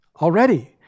already